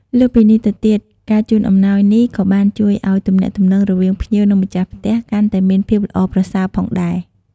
លើសពីនេះទៅទៀតការជូនអំណោយនេះក៏បានជួយឲ្យទំនាក់ទំនងរវាងភ្ញៀវ និងម្ចាស់ផ្ទះកាន់តែមានភាពល្អប្រសើរផងដែរ។